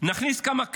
נכניס כמה כלבים,